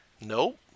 Nope